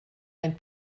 einen